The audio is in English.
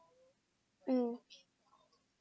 mm